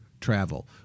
travel